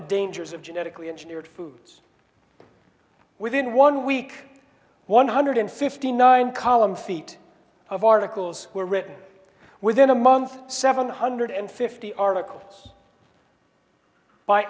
the dangers of genetically engineered foods within one week one hundred fifty nine column feet of articles were written within a month seven hundred and fifty articles by